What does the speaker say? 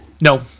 No